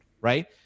right